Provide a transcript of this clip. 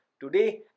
today